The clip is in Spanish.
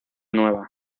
nueva